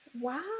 Wow